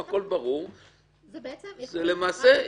יהיה בידיו של בית משפט למנות מומחה.